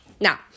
now